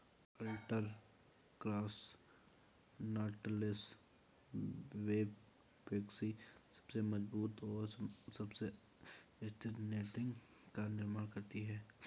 ultra cross knotless web factory सबसे मजबूत और सबसे स्थिर नेटिंग का निर्माण करती है